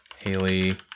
Haley